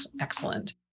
Excellent